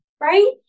right